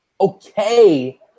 okay